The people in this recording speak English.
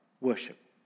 worship